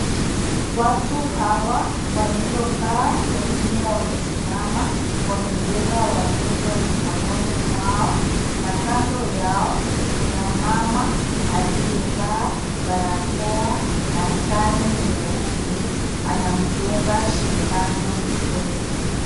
Watu hawa walio kaa wengine wamesismama wame beba watoto mikononi mwao na kando yao kuna mama aliye vaa barakoa na sare nyeupe ana mdunga shindano mtoto.